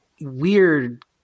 weird